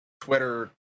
Twitter